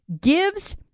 gives